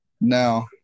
No